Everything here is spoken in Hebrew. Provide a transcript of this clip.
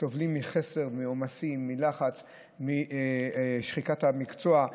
סובלים מחסר, מעומסים, מלחץ ומשחיקת המקצוע.